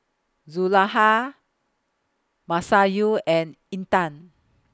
Zulaikha Masayu and Intan